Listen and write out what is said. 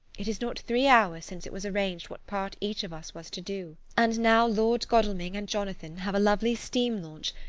it is not three hours since it was arranged what part each of us was to do and now lord godalming and jonathan have a lovely steam launch,